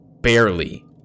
barely